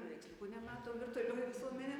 paveiksliukų nemato virtualioji visuomenė